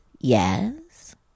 yes